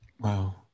Wow